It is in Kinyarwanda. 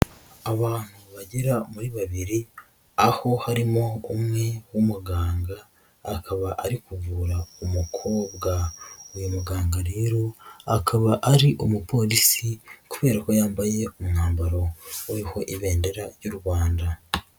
Abantu bagera muri babiri aho harimo umwe w'umuganga akaba ari kuvura umukobwa, uyu muganga rero akaba ari umuporisi kubera ko yambaye umwambaro uriho ibendera ry'u Rwanda.